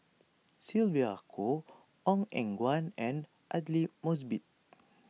Sylvia Kho Ong Eng Guan and Aidli Mosbit